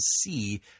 see